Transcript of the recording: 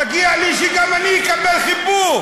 מגיע לי שגם אני אקבל חיבוק.